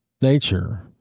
nature